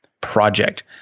project